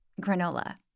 granola